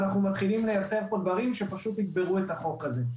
אנו מתחילים לייצר פה דברים שיקברו את החוק הזה.